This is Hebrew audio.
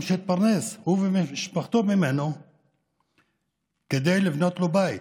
שפרנס אותו ואת משפחתו כדי לבנות לו בית.